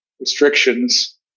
restrictions